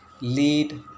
lead